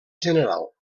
general